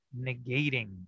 negating